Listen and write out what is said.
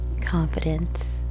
Confidence